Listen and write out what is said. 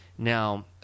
Now